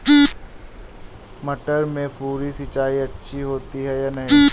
मटर में फुहरी सिंचाई अच्छी होती है या नहीं?